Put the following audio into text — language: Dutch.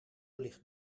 ligt